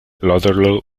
lauderdale